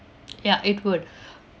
ya it would